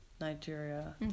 Nigeria